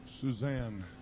Suzanne